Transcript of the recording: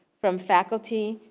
from faculty,